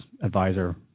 advisor